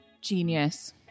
Genius